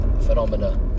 phenomena